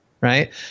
right